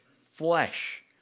flesh